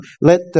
let